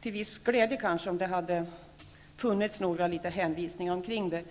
till viss glädje om det hade funnits några uppgifter om det.